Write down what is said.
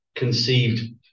Conceived